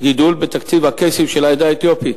גידול בתקציב הקייסים של העדה האתיופית,